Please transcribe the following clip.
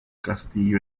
castillo